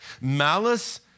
Malice